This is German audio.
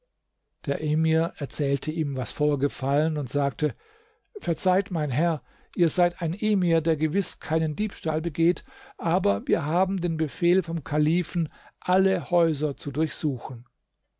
der emir erzählte ihm was vorgefallen und sagte verzeiht mein herr ihr seid ein emir der gewiß keinen diebstahl begeht aber wir haben den befehl vom kalifen alle häuser zu durchsuchen